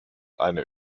eine